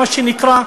מה שנקרא,